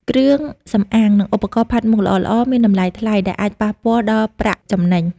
គ្រឿងសម្អាង និងឧបករណ៍ផាត់មុខល្អៗមានតម្លៃថ្លៃ ដែលអាចប៉ះពាល់ដល់ប្រាក់ចំណេញ។